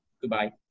Goodbye